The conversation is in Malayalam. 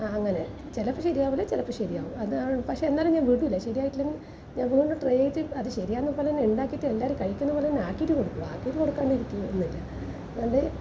അങ്ങനെ ചിലപ്പം ശരിയാകില്ല ചിലപ്പം ശരിയാവും അതാണ് പക്ഷേ എന്നാലും ഞാൻ വിടില്ല ശരിയായിട്ടില്ലെങ്കിൽ വീണ്ടും വീണ്ടും ട്രൈ ചെയ്തിട്ട് അത് ശരിയാകുന്നത് പോലെ തന്നെ ഉണ്ടാക്കിയിട്ട് എല്ലാവരും കഴിക്കുന്ന പോലെ ആക്കിയിട്ടു കൊടുക്കുക അത് നടക്കാണ്ട് ഇരിക്കുവൊന്നുമില്ല അത്